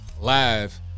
Live